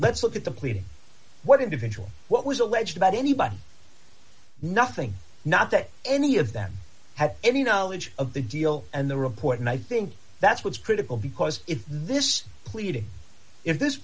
let's look at the pleading what individual what was alleged about anybody nothing not that any of them have any knowledge of the deal and the report and i think that's what's critical because if this pleading if this